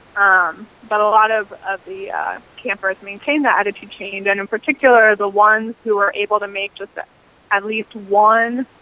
um but a lot of of the campers maintain that attitude change and in particular the ones who are able to make just at least one